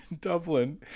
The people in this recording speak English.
Dublin